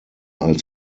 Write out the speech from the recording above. als